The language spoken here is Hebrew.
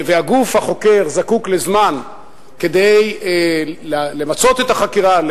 והגוף החוקר זקוק לזמן כדי למצות את החקירה,